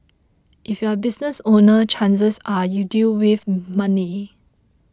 if you're a business owner chances are you deal with money